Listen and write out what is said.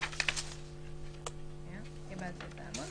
בעמוד